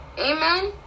Amen